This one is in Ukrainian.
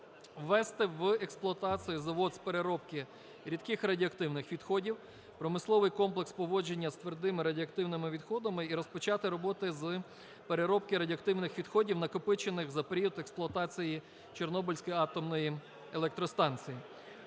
Ввести в експлуатацію завод з переробки рідких радіоактивних відходів, промисловий комплекс поводження з твердими радіоактивними відходами і розпочати роботи з переробки радіоактивних відходів накопичених за період експлуатації Чорнобильської атомної електростанції.